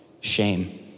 shame